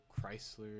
chrysler